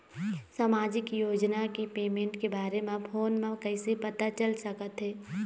सामाजिक योजना के पेमेंट के बारे म फ़ोन म कइसे पता चल सकत हे?